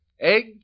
egg